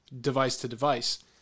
device-to-device